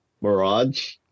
Mirage